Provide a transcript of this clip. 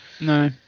No